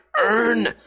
Earn